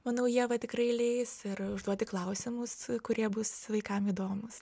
manau ieva tikrai leis ir užduoti klausimus kurie bus vaikam įdomūs